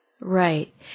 Right